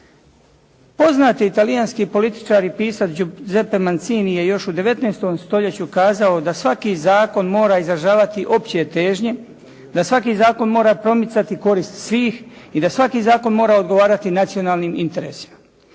Poznati talijanski političari … Mancini je još u 19. stoljeću kazao da svaki zakon mora izražavati opće težnje, da svaki zakon mora promicati korist svih i da svaki zakon mora odgovarati nacionalnim interesima.